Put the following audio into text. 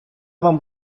вам